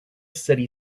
city